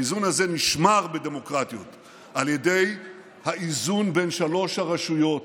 האיזון הזה נשמר בדמוקרטיות על ידי האיזון בין שלוש הרשויות,